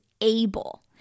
able